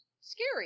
scary